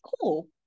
cool